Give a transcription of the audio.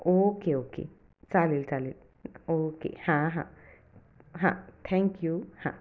okay okay चालेल चालेल okay हां हां थँक्यू हां